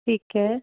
ਠੀਕ ਹੈ